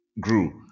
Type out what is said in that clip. grew